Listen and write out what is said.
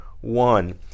one